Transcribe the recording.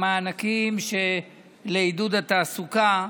המענקים לעידוד התעסוקה.